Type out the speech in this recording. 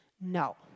No